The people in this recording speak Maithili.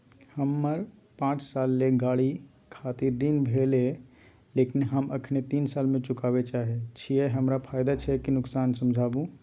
हमर पाँच साल ले गाड़ी खातिर ऋण भेल ये लेकिन हम अखने तीन साल में चुकाबे चाहे छियै हमरा फायदा छै की नुकसान समझाबू?